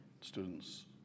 students